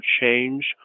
change